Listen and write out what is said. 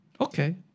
Okay